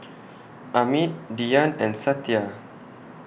Amit Dhyan and Satya